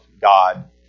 God